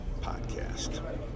podcast